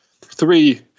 Three